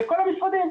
בכל המשרדים.